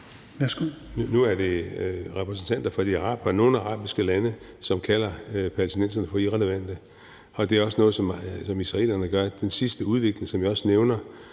Nu er det repræsentanter fra nogle arabiske lande, som kalder palæstinenserne for irrelevante, og det er også noget, som israelerne gør. Den sidste udvikling, som jeg også nævner,